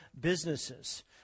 businesses